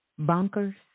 bonkers